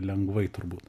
lengvai turbūt